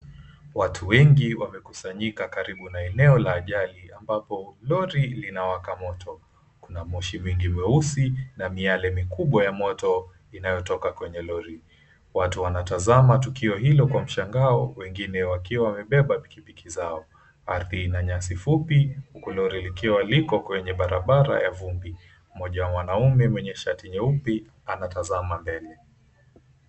Watu wengi wamekusanyika karibu na eneo la ajali ambapo lori linawaka moto kuna moshi mingi mweusi na miale mikubwa ya moto inayotoka kwenye lori. Watu wanatazama tukio hilo kwa mshangao wengine wakiwa wamebeba pikipiki zao. Ardhi ina nyasi fupi huku lori likiwa liko kwenye barabara ya vumbi, mmoja wa wanaume mwenye shati nyeupe anatazama mbele.